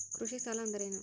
ಕೃಷಿ ಸಾಲ ಅಂದರೇನು?